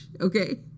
okay